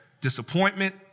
disappointment